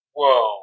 whoa